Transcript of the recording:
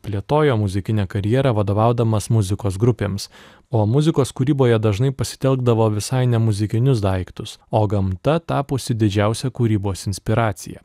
plėtojo muzikinę karjerą vadovaudamas muzikos grupėms o muzikos kūryboje dažnai pasitelkdavo visai ne muzikinius daiktus o gamta tapusi didžiausia kūrybos inspiracija